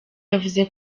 yavuze